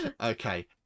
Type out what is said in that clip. okay